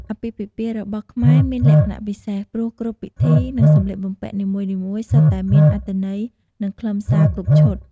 អាពាហ៍ពិពាហ៍របស់ខ្មែរមានលក្ខណៈពិសេស ព្រោះគ្រប់ពិធី និងសម្លៀកបំពាក់នីមួយៗសុទ្ធតែមានអត្ថន័យ និងខ្លឹមសារគ្រប់ឈុត។